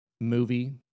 movie